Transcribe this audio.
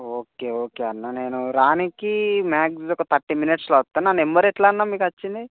okay okay అన్న నేను రానీకి మ్యాక్సిమం ఒక థర్టీ మినిట్స్లో వస్తా నా నెంబర్ ఎట్లా అన్న మీకు వచ్చింది